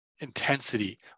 intensity